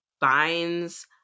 binds